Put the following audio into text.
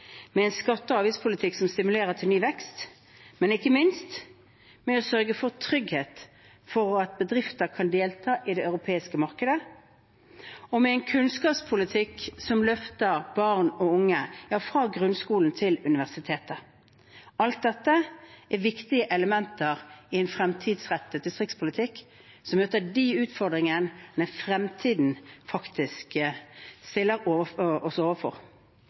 med en skatte- og avgiftspolitikk som stimulerer til ny vekst, ikke minst ved å sørge for trygghet for at bedrifter kan delta i det europeiske markedet, og med en kunnskapspolitikk som løfter barn og unge – fra grunnskolen til universitetet. Alt dette er viktige elementer i en fremtidsrettet distriktspolitikk som møter de utfordringene som fremtiden faktisk stiller oss overfor.